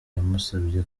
yamusabye